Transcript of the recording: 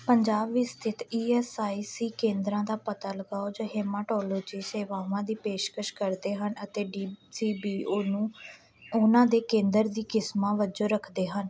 ਪੰਜਾਬ ਵਿੱਚ ਸਥਿਤ E S I C ਕੇਂਦਰਾਂ ਦਾ ਪਤਾ ਲਗਾਓ ਜੋ ਹੇਮਾਟੋਲੋਜੀ ਸੇਵਾਵਾਂ ਦੀ ਪੇਸ਼ਕਸ਼ ਕਰਦੇ ਹਨ ਅਤੇ ਡੀ ਸੀ ਬੀ ਓ ਨੂੰ ਉਹਨਾਂ ਦੇ ਕੇਂਦਰ ਦੀ ਕਿਸਮਾਂ ਵਜੋਂ ਰੱਖਦੇ ਹਨ